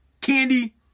Candy